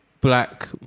black